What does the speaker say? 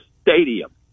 stadium